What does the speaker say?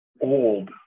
old